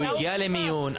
הוא הגיע למיון?